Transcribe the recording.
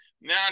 now